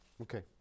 Okay